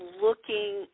looking